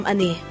Ani